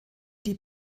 die